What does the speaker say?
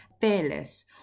fearless